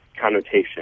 connotation